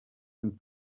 and